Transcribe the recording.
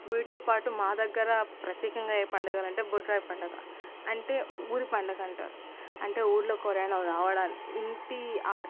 వీటితోపాటు మా దగ్గర ప్రత్యేకంగా ఏ పండగలు అంటే బొడ్రాయి పండుగ అంటే ఊరి పండుగ అంటారు అంటే ఊరిలోకి ఎవరైనా రావడానికి ఇంటి